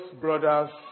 brothers